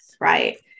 right